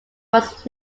was